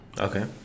Okay